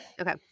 okay